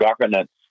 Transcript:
governance